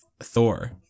thor